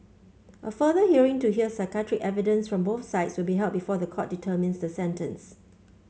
a further hearing to hear psychiatric evidence from both sides will be held before the court determines the sentence